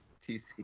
TC